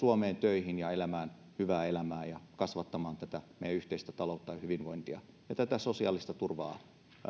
suomeen töihin ja elämään hyvää elämää ja kasvattamaan tätä meidän yhteistä taloutta ja hyvinvointia ja tätä sosiaalista turvaa